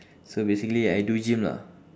so basically I do gym lah